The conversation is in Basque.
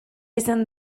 izan